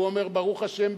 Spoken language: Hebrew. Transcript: והוא אומר: ברוך השם,